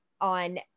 on